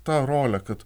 tą rolę kad